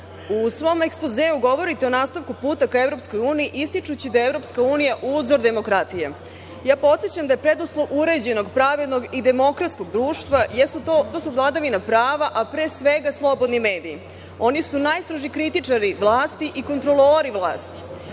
svom ekspozeu govorite o nastavku puta ka EU, ističući da je EU uzor demokratije. Podsećam da je preduslov uređenog, pravednog i demokratskog društva vladavina prava, a pre svega slobodni mediji. Oni su najstroži kritičari vlasti i kontrolori vlasti.